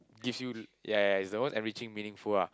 gives you ya ya it's the most enriching meaningful ah